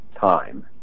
time